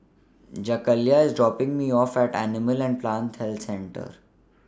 Jakayla IS dropping Me off At Animal and Plant Health Centre